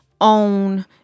own